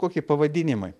kokie pavadinimai